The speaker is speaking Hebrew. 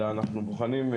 אלא אנחנו בוחנים,